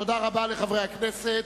תודה רבה לחברי הכנסת.